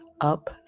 up